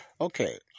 Okay